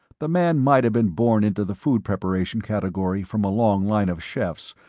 the man might have been born into the food preparation category from a long line of chefs,